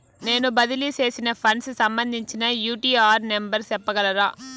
నేను బదిలీ సేసిన ఫండ్స్ సంబంధించిన యూ.టీ.ఆర్ నెంబర్ సెప్పగలరా